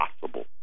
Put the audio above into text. possible